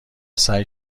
سعی